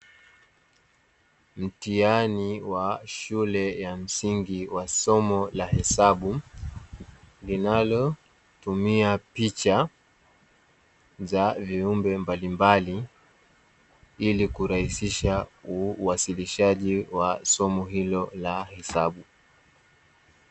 Mtihani wa shule ya msingi wa somo la hesabu linayo tumia picha za viumbe mbalimbali ili kurahisisha uwasilishaji wa somo hilo la hesabu.